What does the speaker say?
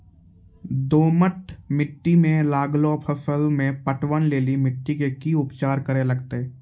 दोमट मिट्टी मे लागलो फसल मे पटवन लेली मिट्टी के की उपचार करे लगते?